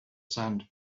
sand